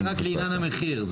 זה רק לעניין המחיר.